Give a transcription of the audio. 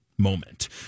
moment